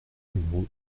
numéro